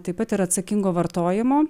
taip pat ir atsakingo vartojimo